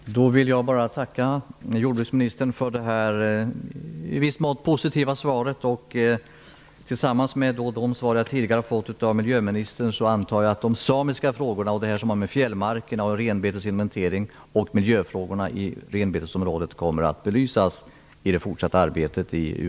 Fru talman! Då vill jag bara tacka jordbruksministern för det i viss mån positiva svaret. Tillsammans med de svar som jag tidigare har fått av miljöministern antar jag att de samiska frågorna och detta som har att göra med fjällmarkerna, renbetesinventeringen och miljöfrågorna när det gäller renbetesområdet kommer att belysas i det fortsatta arbetet med EU